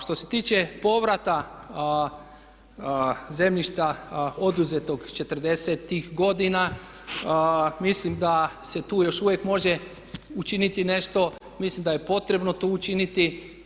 Što se tiče povrata zemljišta oduzetog četrdesetih godina mislim da se tu još uvijek može učiniti nešto, mislim da je potrebno to učiniti.